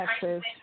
Texas